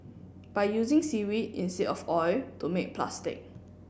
by using seaweed instead of oil to make plastic